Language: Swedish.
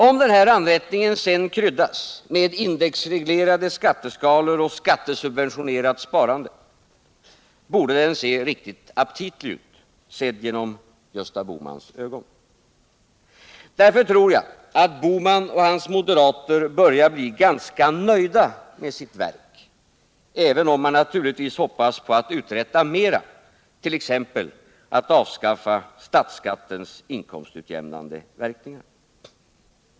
Om anrättningen sedan kryddas med indexreglerade skatteskalor och skattesubventionerat sparande, borde den se riktigt aptitlig ut, sedd genom Gösta Bohmans ögon. Därför tror jag att herr Bohman och hans moderater börjar bli ganska nöjda med sitt verk, även om man naturligtvis hoppas på att uträtta mera, t.ex. att avskaffa statsskattens inkomstutjämnande effekt.